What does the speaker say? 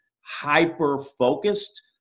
hyper-focused